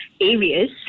areas